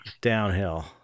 downhill